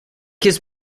his